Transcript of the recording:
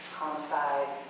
homicide